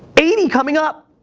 eighty coming up.